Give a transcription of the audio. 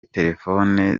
terefone